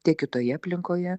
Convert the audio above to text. tiek kitoje aplinkoje